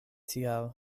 tial